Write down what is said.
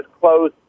close